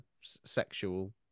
sexual